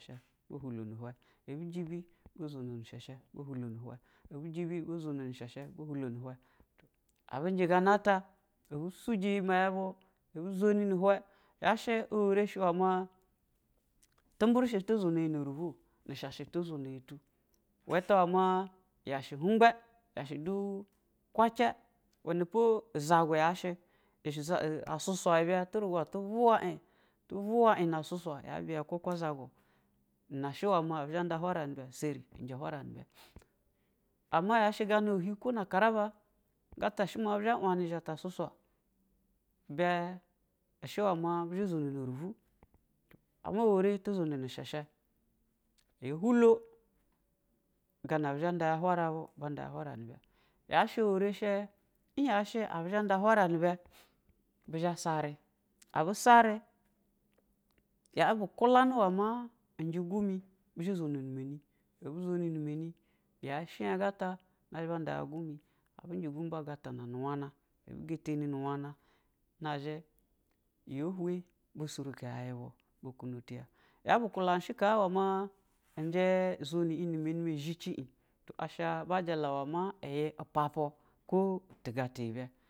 Bu hilo nu hwɛ, ɛbi jibi bu zono nu sha sha ba hilo nu hwɛ ibɛjibi bu zono nu sha-sha bu hɛlo nu hwɛ, abu njɛ gana ta, abɛ sujɛ iyi nɛyɛ bu ɛbu zani na hwa, yasha awarɛ sha i wɛ ma tuburishi tu zo no ɛn nuruboo na sha sha ata zono yi tu i wɛ ta iwɛ ashɛ husba ashɛ du kwachɛ, iwe, po izasu na sha, a su sa bɛ turisa atu vnwa an, tu vuwa ɛn tu vnwa su sa ya uwɛ ya kwa kwa aswu, ɛna shi waa abu zha nda whara nɛ bɛ, shɛri njɛ whara nɛ bɛ, ama ya sha gena oholi, na akaraba, ikɛtɛ sha a bizha wane zhanta susa, ibɛ sha i wɛ ḿa bu zono nu rubu, a hain ɛwɛrɛ bu zono na ɛnsha sha, yɛ hulo, gwɛ abu zha nda ya hwanɛ bu, ba nda ńa y`a whava ha sha hwaɛrɛ shɛ un ha shɛ abu zha nda whara nɛ bɛ. Bu za savi abusavi. ya bu bu za gavi abu savi, ya bu kulani i wɛ ma njɛ gumi bɛ zha zono nɛ mɛni, ɛbi zoni nɛ nami, yan shan sata na zha ba nda ya sumi, abn njɛ sumi nazhɛ ba satana nu wane, ɛbi sateni nu wane nazhɛ yɛ hwɛ, ba surako y`a iyi bu, bu kuno tiya ya bu kulani shi ka wa ma njɛ izwna ehnɛ mɛni ma ezhchi in asha ba jala wama yi papu ko tiga tibɛ.